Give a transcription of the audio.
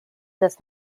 does